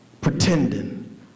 pretending